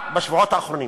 רק בשבועות האחרונים.